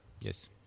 Yes